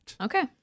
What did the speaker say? Okay